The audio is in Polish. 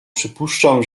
przypuszczam